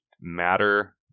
matter